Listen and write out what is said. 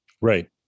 Right